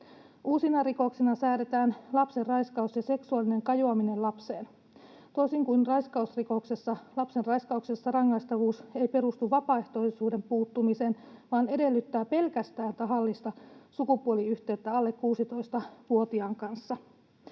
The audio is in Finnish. Uusina rikoksina säädetään lapsenraiskaus ja seksuaalinen kajoaminen lapseen. Toisin kuin raiskausrikoksessa, lapsenraiskauksessa rangaistavuus ei perustu vapaaehtoisuuden puuttumisen vaan edellyttää pelkästään tahallista sukupuoliyhteyttä alle 16-vuotiaan kanssa.